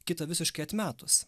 kitą visiškai atmetus